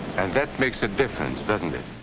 and that makes a difference doesn't it?